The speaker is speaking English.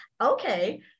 okay